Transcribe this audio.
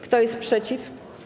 Kto jest przeciw?